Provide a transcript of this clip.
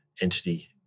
entity